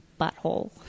butthole